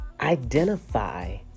Identify